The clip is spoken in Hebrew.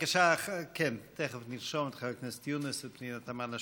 תכף נרשום את חבר הכנסת יונס ואת פנינה תמנו-שטה.